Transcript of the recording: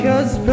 Cause